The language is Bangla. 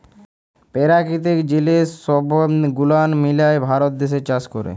পেরাকিতিক জিলিস সহব গুলান মিলায় ভারত দ্যাশে চাষ ক্যরে